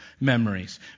memories